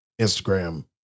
instagram